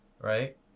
Right